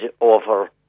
over